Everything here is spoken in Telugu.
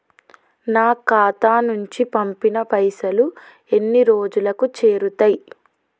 నా ఖాతా నుంచి పంపిన పైసలు ఎన్ని రోజులకు చేరుతయ్?